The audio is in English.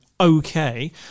okay